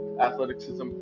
athleticism